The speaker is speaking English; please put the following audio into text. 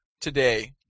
today